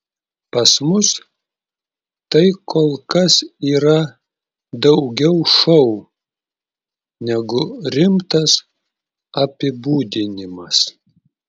pas mus tai kol kas yra daugiau šou negu rimtas apibūdinimas